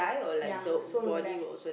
ya her soul will die